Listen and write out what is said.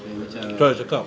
like macam